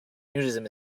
nudism